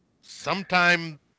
Sometime